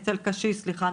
אצל קשיש סליחה,